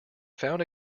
found